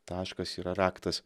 taškas yra raktas